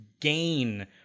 gain